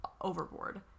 overboard